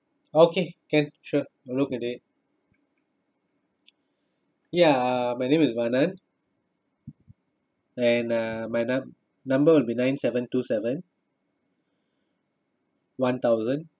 okay can sure will look at it ya uh my name is vanan and uh my num~ number will be nine seven two seven one thousand